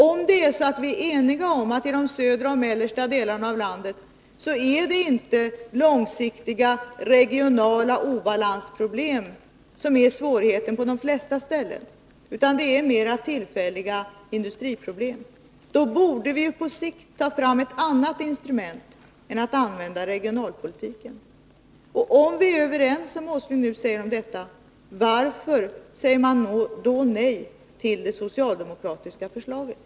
Om vi är eniga om att det i de södra och mellersta delarna av landet inte är långsiktiga regionala obalansproblem som är svårigheten på de flesta ställen utan industriproblem, borde vi på sikt ta fram ett annat instrument än regionalpolitiken. Om vi är överens om detta, vilket Nils Åsling nu påstår, varför säger han då nej till det socialdemokratiska förslaget?